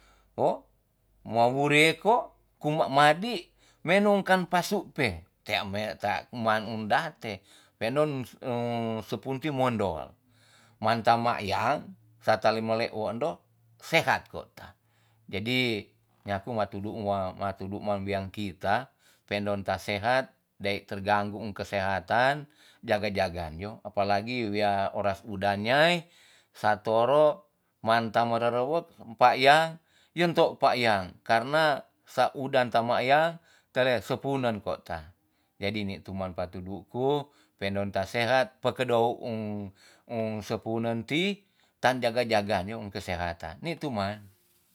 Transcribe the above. Wo mawuri ko ku ma madi menom kan pasu pe. tea me ta man un da te pe'ndon sepunti mondol man ta makyang sa ta lumelek wo endo sehat ko ta. jadi nyaku matudu wa matudu wean kita, pe'ndon ta sehat dai tergangu um kesehatan jaga jaga yo apalagi wea oras udan nyai sa toro man ta mererewek pakyang yun to pakyang. karena sa udan ta makyang tleh se punen ko ta. jadi ni tu man paat tudu ku pe'ndon ta sehat, pe kedo um- um sepunen ti tan jaga jaga kesehatan ni tu man.